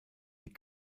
die